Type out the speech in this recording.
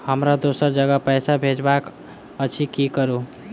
हमरा दोसर जगह पैसा भेजबाक अछि की करू?